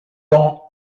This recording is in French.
dans